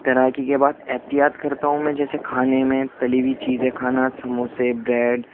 تیراکی کے بعد احتیاط کرتا ہوں میں جیسے کھانے میں تلی ہوئی چیزیں کھانا سموسے بریڈ